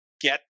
get